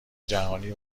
جهانی